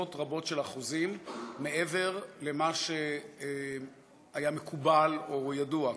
בעשרות רבות של אחוזים מעבר למה שהיה מקובל או ידוע.